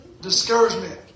Discouragement